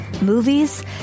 movies